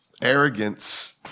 arrogance